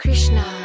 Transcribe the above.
Krishna